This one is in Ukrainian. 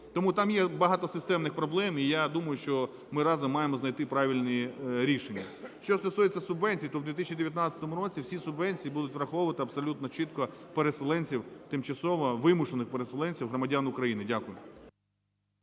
Тому там є багато системних проблем і я думаю, що ми разом маємо знайти правильні рішення. Що стосується субвенцій, то в 2019 році всі субвенції будуть враховувати абсолютно чітко переселенців, тимчасово вимушених переселенців - громадян України. Дякую.